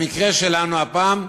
במקרה שלנו הפעם,